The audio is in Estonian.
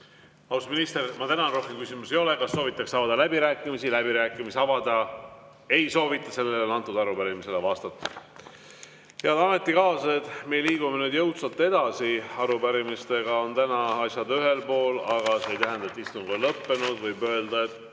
minister, ma tänan. Rohkem küsimusi ei ole. Kas soovitakse avada läbirääkimisi? Läbirääkimisi avada ei soovita. Seega on arupärimisele vastatud. Head ametikaaslased, me liigume nüüd jõudsalt edasi. Arupärimistega on tänaseks asjad ühel pool, aga see ei tähenda, et istung on lõppenud. Võib öelda, et